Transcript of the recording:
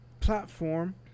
platform